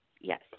Yes